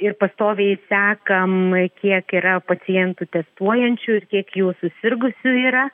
ir pastoviai sekam kiek yra pacientų testuojančių ir kiek jų susirgusių yra